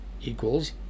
equals